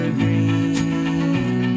green